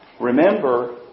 Remember